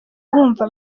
bumva